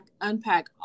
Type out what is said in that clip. unpack